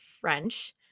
french